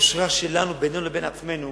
היושרה שלנו בינינו לבין עצמנו,